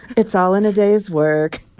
it's all in a day's work